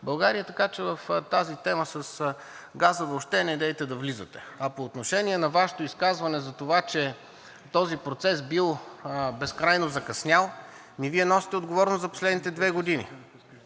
България, така че в тази тема с газа въобще недейте да влизате. По отношение на Вашето изказване за това, че този процес бил безкрайно закъснял, Вие носите отговорност за последните две години